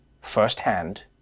firsthand